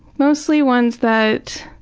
mostly ones that